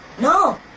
No